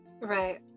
right